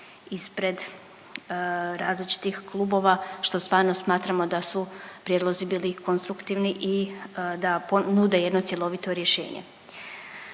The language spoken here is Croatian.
ispred različitih klubova što stvarno smatramo da su prijedlozi bili konstruktivni i da nude jedno cjelovito rješenje.